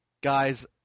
guys